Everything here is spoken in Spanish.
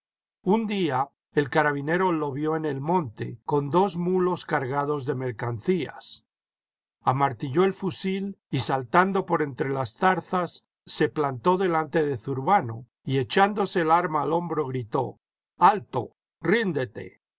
un día el carabinero lo vio en el monte con dos mulos cargados de mercancías am artilló el fusil y saltando por entre las zarzas se plantó delante de zurbano y echándose el arma al hombro gritó jalto jríndeten